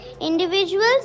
Individuals